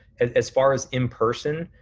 as as far as in-person,